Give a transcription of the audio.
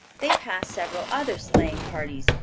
they passed several other sleighing parties,